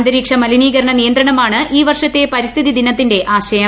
അന്തരീക്ഷ മലിനീകരണ നിയന്ത്രണമാണ് ഈ വർഷത്തെ പരിസ്ഥിതി ദിനത്തിന്റെ ആശയം